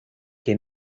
que